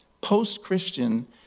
post-Christian